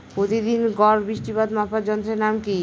প্রতিদিনের গড় বৃষ্টিপাত মাপার যন্ত্রের নাম কি?